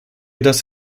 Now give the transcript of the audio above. das